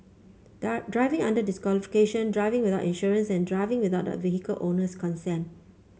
driving under disqualification driving without insurance and driving without the vehicle owner's consent